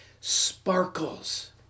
sparkles